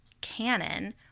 canon